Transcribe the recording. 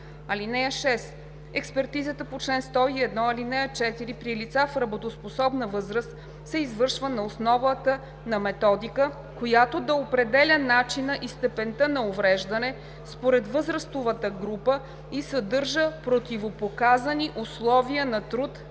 (6) Експертизата по чл. 101, ал. 4 при лица в работоспособна възраст се извършва на основата на методика, която да определя начина и степента на увреждане според възрастовата група и съдържа противопоказани условия на труд